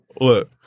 Look